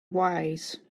wise